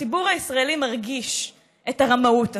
הציבור הישראלי מרגיש את הרמאות הזאת,